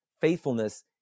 faithfulness